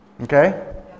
Okay